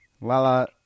Lala